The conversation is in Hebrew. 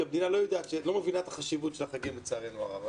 כי המדינה לא מבינה את החשיבות של החגים לצערנו הרב.